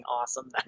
awesome